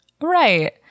Right